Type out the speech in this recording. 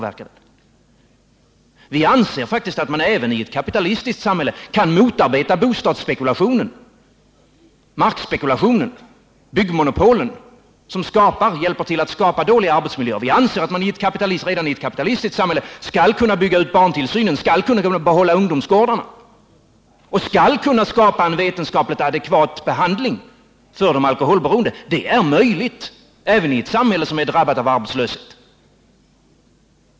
Vi anser faktiskt att man även i ett kapitalistiskt samhälle kan motarbeta bostadsspekulationen, markspekulationen och byggmonopolen, som bidrar till att skapa dåliga arbetsmiljöer. Vi anser att man redan i ett sådant samhälle skall bygga ut barntillsynen, behålla ungdomsgårdarna och genomföra en vetenskapligt adekvat behandling för de alkoholberoende. Det är möjligt även i ett samhälle som är drabbat av arbetslöshet.